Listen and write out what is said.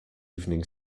evening